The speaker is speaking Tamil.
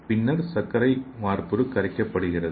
பின்னர் சர்க்கரை வார்ப்புரு கரைக்கப்படுகிறது